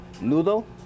noodle